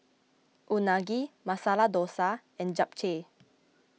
Unagi Masala Dosa and Japchae